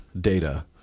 data